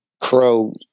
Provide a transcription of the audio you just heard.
Crow